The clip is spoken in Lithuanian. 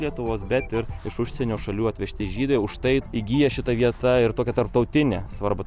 lietuvos bet ir iš užsienio šalių atvežti žydai už tai įgyja šita vieta ir tokią tarptautinę svarbą